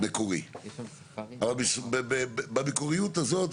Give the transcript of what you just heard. המשפטי --- משלל ההצעות האנומליות האלה,